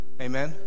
Amen